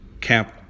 camp